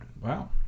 Wow